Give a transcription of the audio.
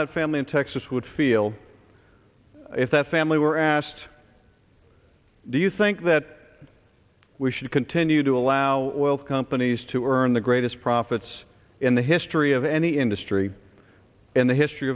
that family in texas would feel if that family were asked do you think that we should continue to allow companies to earn the greatest profits in the history of any industry in the history